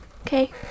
okay